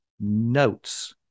notes